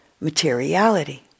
materiality